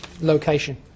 location